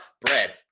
Bread